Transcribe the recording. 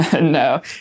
No